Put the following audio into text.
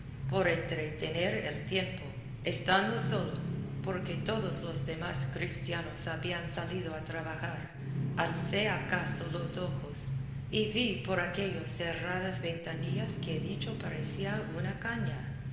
por entretener el tiempo estando solos porque todos los demás cristianos habían salido a trabajar alcé acaso los ojos y vi que por aquellas cerradas ventanillas que he dicho parecía una caña